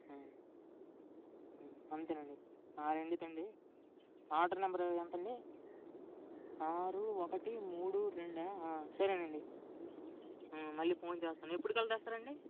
అంతే అండి ఆ రెండు తేండి ఆర్డర్ నెంబర్ ఎంత అండి ఆరు ఒకటి మూడు రెండు సరే అండి మళ్ళీ ఫోన్ చేస్తాను ఎప్పటి కల్ల తెస్తారు అండి